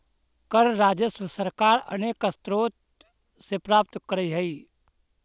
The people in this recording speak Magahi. कर राजस्व सरकार अनेक स्रोत से प्राप्त करऽ हई